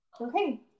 Okay